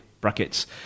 brackets